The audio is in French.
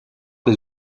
des